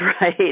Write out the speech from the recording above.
right